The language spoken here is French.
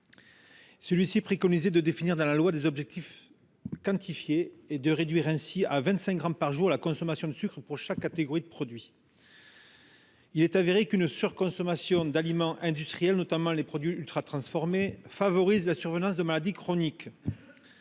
celle ci préconisait de définir dans la loi des objectifs quantifiés et de réduire à 25 grammes par jour la consommation de sucre, pour chaque catégorie de produits. La surconsommation d’aliments industriels, notamment ultratransformés, favorise la survenance de maladies chroniques